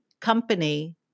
company